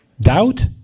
doubt